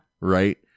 right